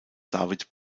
david